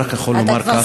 אני רק יכול לומר ככה,